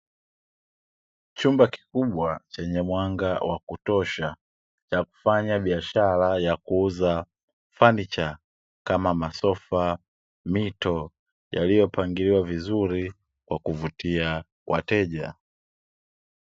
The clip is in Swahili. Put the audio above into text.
Chumba kikubwa chenye mwanga wa kutosha na kufanya biashara ya kuuza fanicha kama masofa, mito yaliyopangiliwa vizuri kwa kuvutia wateja.